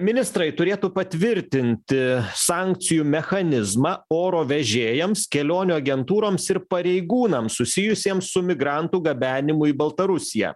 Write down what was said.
ministrai turėtų patvirtinti sankcijų mechanizmą oro vežėjams kelionių agentūroms ir pareigūnams susijusiems su migrantų gabenimu į baltarusiją